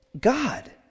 God